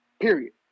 period